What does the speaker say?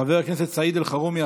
חבר הכנסת סעיד אלחרומי,